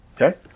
Okay